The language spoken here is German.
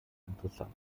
interessant